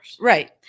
Right